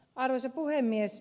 arvoisa puhemies